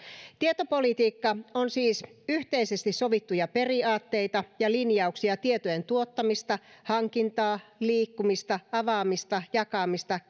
tietopolitiikka on siis yhteisesti sovittuja periaatteita ja linjauksia tietojen tuottamista hankintaa liikkumista avaamista jakamista